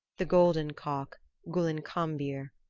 the golden cock gullinkambir,